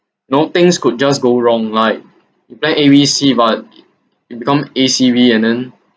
you know things could just go wrong like you plan A B C but it become A C B and then